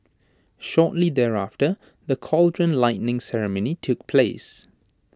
shortly thereafter the cauldron lighting ceremony took place